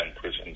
prisons